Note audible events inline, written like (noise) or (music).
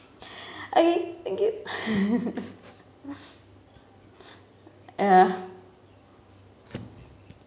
okay thank you (laughs) ya